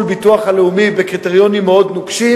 הביטוח הלאומי בקריטריונים מאוד נוקשים,